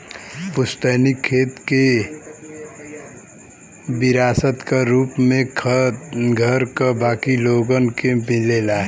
पुस्तैनी खेत विरासत क रूप में घर क बाकी लोगन के मिलेला